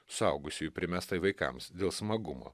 suaugusiųjų primestai vaikams dėl smagumo